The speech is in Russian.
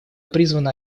призвана